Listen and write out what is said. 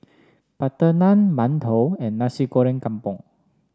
Butter Naan Mantou and Nasi Goreng Kampung